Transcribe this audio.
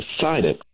decided